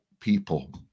people